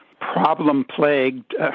problem-plagued